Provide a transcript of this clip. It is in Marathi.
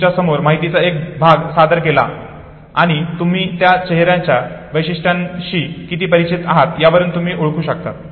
तुमच्या समोर माहितीचा एक भाग सादर केला गेला आणि तुम्ही त्या चेहऱ्याच्या वैशिष्ट्यांशी किती परिचित आहात यावरून तुम्ही ओळखू शकतात